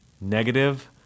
negative